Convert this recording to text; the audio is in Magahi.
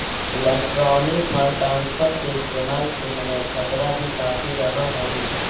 इलेक्ट्रॉनिक फंड ट्रांसफर के इस्तेमाल के समय खतरा भी काफी रहअ हई